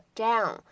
down